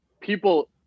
people